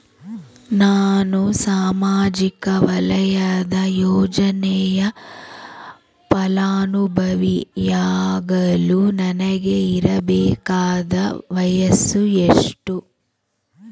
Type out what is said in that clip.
ನಾನು ಸಾಮಾಜಿಕ ವಲಯದ ಯೋಜನೆಯ ಫಲಾನುಭವಿ ಯಾಗಲು ನನಗೆ ಇರಬೇಕಾದ ವಯಸ್ಸು ಎಷ್ಟು?